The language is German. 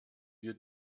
wir